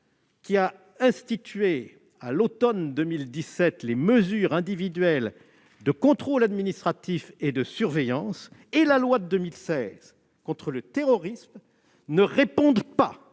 qui a institué, à l'automne 2017, les mesures individuelles de contrôle administratif et de surveillance et que la loi de 2016 renforçant la lutte contre le terrorisme ne répondent pas